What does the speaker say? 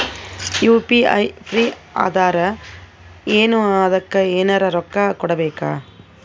UPI free ಅದಾರಾ ಏನ ಅದಕ್ಕ ಎನೆರ ರೊಕ್ಕ ಕೊಡಬೇಕ?